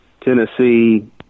Tennessee